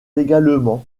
également